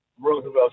Roosevelt